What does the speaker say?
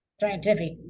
scientific